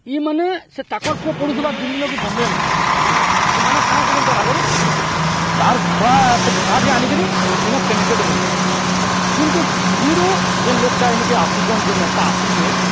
ଇମାନେ ସେ ତାକର୍ ପୁଅ ପଢ଼ୁଥିବା ଦିଲ୍ଲୀ ନ କି ବମ୍ବେ ନ ଇମାନେ କାଣା କରୁଚନ୍ ତାର୍ ଆଗ୍ରୁ ତାର୍ ଛୁଆ ସେ ଛୁଆକେ ଆନିକରି ଇନ କ କେଣ୍ଡିଡେଟ୍ ବନଉଚନ୍ କିନ୍ତୁ ଦିଲ୍ଲୀରୁ ଯେନ୍ ଲୋକ୍ଟା ଇନ୍କେ ଆସୁଚନ୍ ଯେନ୍ ନେତା ଆସୁଛେ